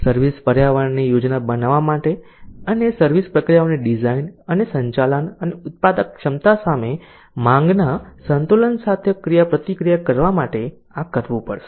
service પર્યાવરણની યોજના બનાવવા માટે અને સર્વિસ પ્રક્રિયાઓની ડિઝાઇન અને સંચાલન અને ઉત્પાદક ક્ષમતા સામે માંગના સંતુલન સાથે ક્રિયાપ્રતિક્રિયા કરવા માટે આ કરવું પડશે